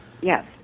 Yes